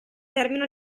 termina